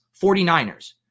49ers